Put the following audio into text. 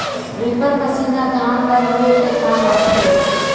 reaper machine ह धान ल लूए के काम आथे